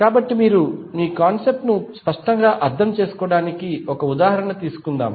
కాబట్టి మీరు కాన్సెప్ట్ ను స్పష్టంగా అర్థం చేసుకోవడానికి ఒక ఉదాహరణ తీసుకుందాం